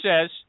says